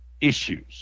issues